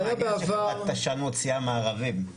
מעניין שחברת עשן מוציאה מארבים.